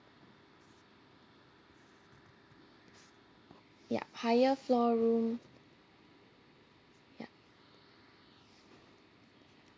ya higher floor room ya